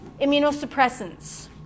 immunosuppressants